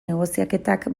negoziaketak